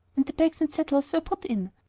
and the bags and saddles were put in,